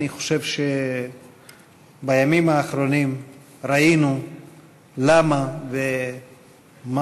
אני חושב שבימים האחרונים ראינו למה ומה